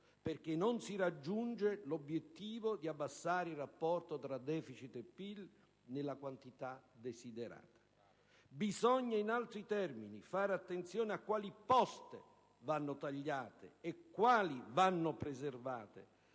perché non si raggiunge l'obiettivo di abbassare il rapporto tra deficit e PIL nella quantità desiderata; bisogna in altri termini fare attenzione a quali poste vanno tagliate e quali vanno preservate